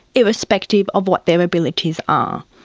irrespective of what their abilities are.